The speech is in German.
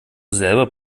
selber